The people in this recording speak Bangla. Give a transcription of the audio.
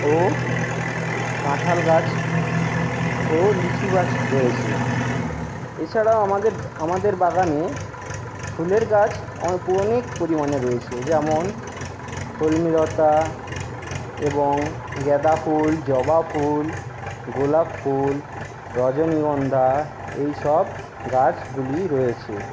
ও কাঁঠাল গাছ ও লিচু গাছ রয়েছে এছাড়াও আমাদের আমাদের বাগানে ফুলের গাছ অনেক পরিমাণে রয়েছে যেমন কলমিলতা এবং গাঁদা ফুল জবা ফুল গোলাপ ফুল রজনীগন্ধা এইসব গাছগুলি রয়েছে